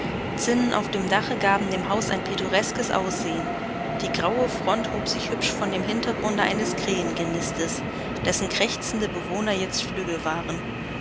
zinnen auf dem dache gaben dem hause ein pittoreskes aussehen die graue front hob sich hübsch von dem hintergrunde eines krähengenistes dessen krächzende bewohner jetzt flügge waren